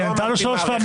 היא ענתה לו שלוש פעמים.